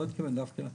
לא מתכוון דווקא,